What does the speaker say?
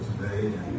today